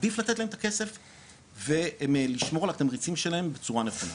עדיף לתת להם את הכסף ולשמור על התמריצים שלהם בצורה נכונה,